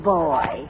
boy